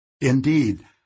Indeed